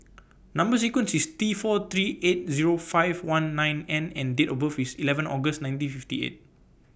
Number sequence IS T four three eight Zero five one nine N and Date of birth IS eleven August nineteen fifty eight